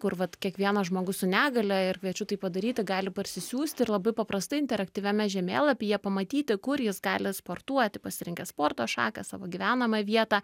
kur vat kiekvienas žmogus su negalia ir kviečiu tai padaryti gali parsisiųsti ir labai paprastai interaktyviame žemėlapyje pamatyti kur jis gali sportuoti pasirinkęs sporto šaką savo gyvenamą vietą